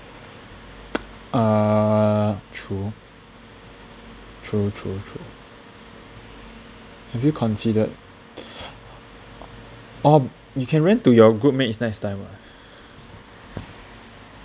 uh true true true true have you considered or you can rent to your group mates next time [what]